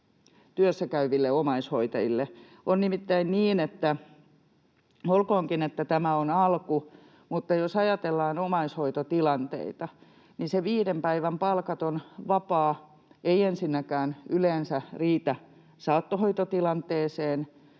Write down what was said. työssäkäyville omaishoitajille. On nimittäin niin, — olkoonkin, että tämä on alku — että jos ajatellaan omaishoitotilanteita, niin se viiden päivän palkaton vapaa ei ensinnäkään yleensä riitä saattohoitotilanteeseen.